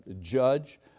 judge